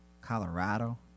Colorado